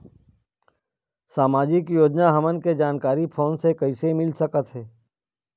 सामाजिक योजना हमन के जानकारी फोन से कइसे मिल सकत हे?